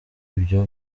ibyo